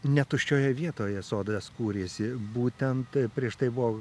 ne tuščioje vietoje sodrias kūrėsi būtent prieš tai buvo